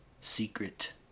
secret